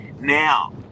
Now